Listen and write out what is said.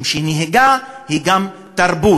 בחינוך, משום שנהיגה היא גם תרבות.